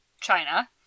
China